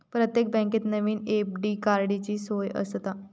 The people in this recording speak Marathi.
प्रत्येक बँकेत नवीन एफ.डी काडूची सोय आसता